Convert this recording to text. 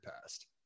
past